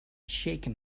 shaken